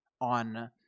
on